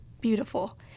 beautiful